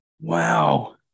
Wow